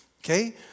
okay